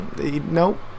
Nope